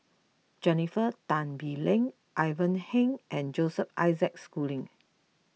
Jennifer Tan Bee Leng Ivan Heng and Joseph Isaac Schooling